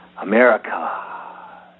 America